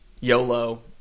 YOLO